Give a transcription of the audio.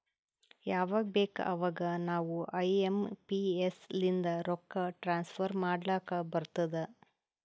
ಯವಾಗ್ ಬೇಕ್ ಅವಾಗ ನಾವ್ ಐ ಎಂ ಪಿ ಎಸ್ ಲಿಂದ ರೊಕ್ಕಾ ಟ್ರಾನ್ಸಫರ್ ಮಾಡ್ಲಾಕ್ ಬರ್ತುದ್